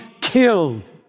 killed